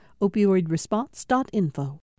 Opioidresponse.info